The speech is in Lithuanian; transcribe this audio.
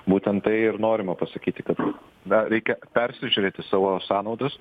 būtent tai ir norima pasakyti kad dar reikia persižiūrėti savo sąnaudas